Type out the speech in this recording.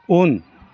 उन